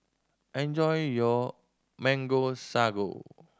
enjoy your Mango Sago